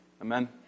Amen